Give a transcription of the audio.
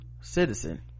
citizen